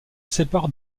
sépare